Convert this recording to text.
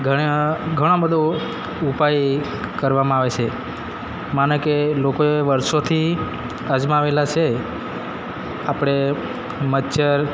ઘણો બધો ઉપાય કરવામાં આવે છે માનો લોકોએ વરસોથી અજમાવેલા છે આપણે મચ્છર